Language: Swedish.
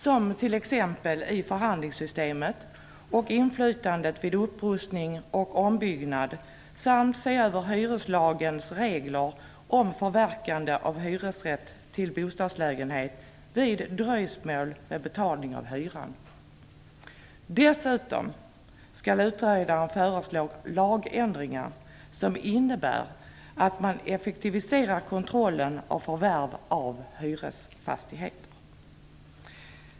Det gäller t.ex. förhandlingssystemet och inflytandet vid upprustning och ombyggnad. Man skall också se över hyreslagens regler om förverkande av hyresrätt till bostadslägenhet vid dröjsmål med betalning av hyran. Dessutom skall utredaren föreslå lagändringar som innebär att kontrollen av förvärv av hyresfastigheter effektiviseras.